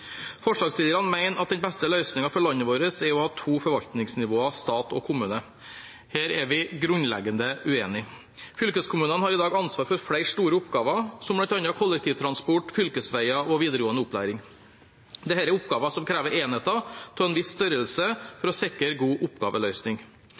Forslagsstillerne mener den beste løsningen for landet vårt er å ha to forvaltningsnivåer – stat og kommune. Her er vi grunnleggende uenige. Fylkeskommunene har i dag ansvar for flere store oppgaver, som bl.a. kollektivtransport, fylkesveier og videregående opplæring. Dette er oppgaver som krever enheter av en viss størrelse